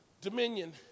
dominion